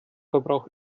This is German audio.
verbrauch